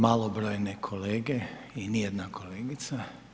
malobrojne kolege i ni jedna kolegica.